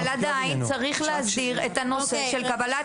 אבל עדיין צריך להסדיר את נושא קבלת